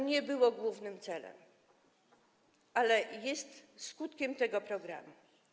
Nie było głównym celem, ale jest skutkiem tego programu.